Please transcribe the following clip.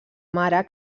mare